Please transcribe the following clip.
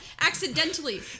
accidentally